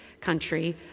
country